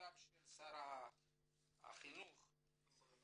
ממכתבו של שר החינוך --- הבריאות.